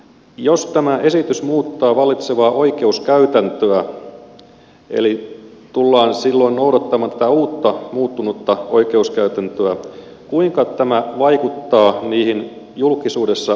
jos tämä esitys muuttaa vallitsevaa oikeuskäytäntöä eli tullaan silloin noudattamaan tätä uutta muuttunutta oikeuskäytäntöä kuinka tämä vaikuttaa niihin julkisuudessa olleisiin tapauksiin